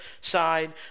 side